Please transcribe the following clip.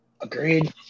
Agreed